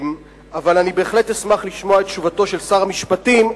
אבל אני בהחלט אשמח לשמוע את תשובתו של שר המשפטים,